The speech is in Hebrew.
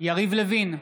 יריב לוין,